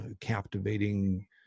captivating